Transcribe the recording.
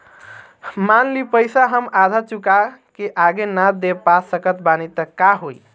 मान ली पईसा हम आधा चुका के आगे न दे पा सकत बानी त का होई?